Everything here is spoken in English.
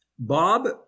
Bob